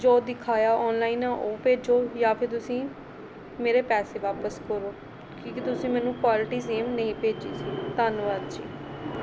ਜੋ ਦਿਖਾਇਆ ਔਨਲਾਈਨ ਐ ਉਹ ਭੇਜੋ ਜਾਂ ਫਿਰ ਤੁਸੀਂ ਮੇਰੇ ਪੈਸੇ ਵਾਪਸ ਕਰੋ ਕਿਉਂਕਿ ਤੁਸੀਂ ਮੈਨੂੰ ਕੁਆਲਿਟੀ ਸੇਮ ਨਹੀਂ ਭੇਜੀ ਸੀ ਧੰਨਵਾਦ ਜੀ